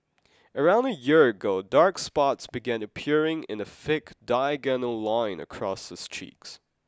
around a year ago dark spots began appearing in a thick diagonal line across his cheeks